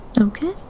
Okay